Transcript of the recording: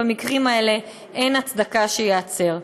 במקרים האלה אין הצדקה שייסגר.